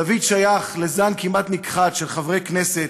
דוד שייך לזן כמעט נכחד של חברי כנסת,